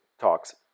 talks